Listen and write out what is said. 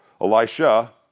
Elisha